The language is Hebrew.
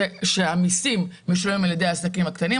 שהמיסים משולמים על ידי העסקים הקטנים,